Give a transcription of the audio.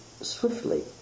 swiftly